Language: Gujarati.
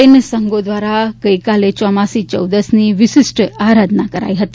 જૈન સંઘો દ્વારા ગઇકાલ ચોમાસી ચોદશની વિશિષ્ટ આરાધના કરાઇ હતી